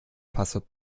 passwort